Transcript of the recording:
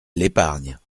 l’épargne